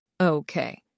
Okay